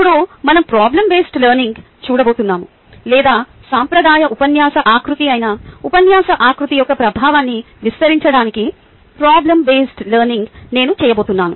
ఇప్పుడు మనం problem based learning చూడబోతున్నానము లేదా సాంప్రదాయ ఉపన్యాస ఆకృతి అయిన ఉపన్యాస ఆకృతి యొక్క ప్రభావాన్ని విస్తరించడానికి ప్రాబ్లమ్ బేస్డ్ లెర్నింగ్ నేను చేయబోతున్నాను